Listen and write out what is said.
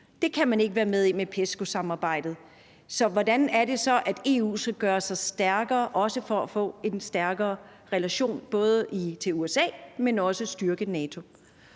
dem, kan man ikke være med i med PESCO-samarbejdet. Hvordan er det så, at EU skal gøre sig stærkere, også for at få en stærkere relation til USA, men også for at styrke NATO?